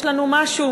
יש לנו משהו.